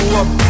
up